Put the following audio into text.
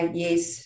yes